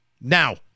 Now